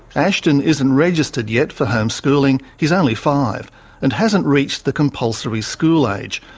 ashton isn't registered yet for homeschooling. he's only five and hasn't reached the compulsory school age.